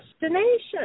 destination